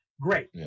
Great